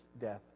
death